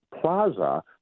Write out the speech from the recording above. plaza